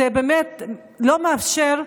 זה לא מאפשר,